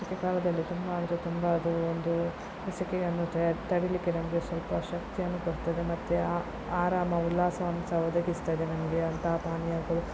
ಸೆಕೆಗಾಲದಲ್ಲಿ ತುಂಬಾ ಅಂದರೆ ತುಂಬ ಅದು ಒಂದು ಸೆಕೆಯನ್ನು ತೆ ತಡಿಲಿಕ್ಕೆ ನಮಗೆ ಸ್ವಲ್ಪ ಶಕ್ತಿಯನ್ನು ಕೊಡ್ತದೆ ಮತ್ತು ಆ ಆರಾಮ ಉಲ್ಲಾಸವನ್ನು ಸಹ ಒದಗಿಸ್ತದೆ ನಮಗೆ ಅಂತಹ ಪಾನೀಯಗಳು